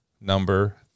number